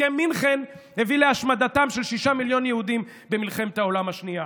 הסכם מינכן הביא להשמדתם של שישה מיליון יהודים במלחמת העולם השנייה.